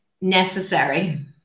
Necessary